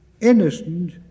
innocent